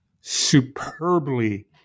superbly